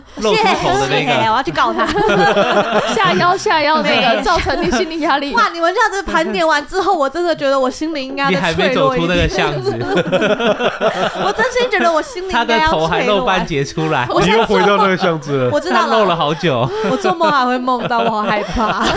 谢谢。露出头的那个。谢谢，谢谢，我要去告他。 吓一跳，吓一跳，那个，造成你心理压力。 哇，你们这样子盘点完之后，我真的觉得我心里应该再脆弱一点。你还没走出那个巷子。 我真心觉得我心里应该要脆弱。他的头还露半截出来。 我现在做梦- 你又回到那个巷子了。我知道了。他露了好久。 我做梦还会梦到，我好害怕。